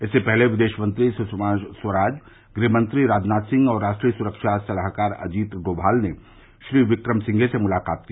इससे पहले विदेश मंत्री सुषमा स्वराज गृहमंत्री राजनाथ सिंह और राष्ट्रीय सुरक्षा सलाहकार अजित डोमाल ने श्री विक्रम सिंघे से मुलाकात की